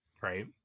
right